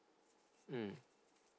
mm